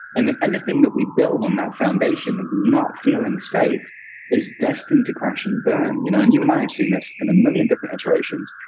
and anything that we build on that foundation of not feeling safe is destined to crash and burn, you know? and you and i have seen this in a million different iterations,